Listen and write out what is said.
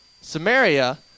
Samaria